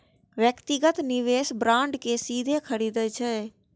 व्यक्तिगत निवेशक बांड कें सीधे खरीदै छै